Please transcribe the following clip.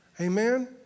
Amen